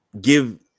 give